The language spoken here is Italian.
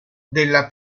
della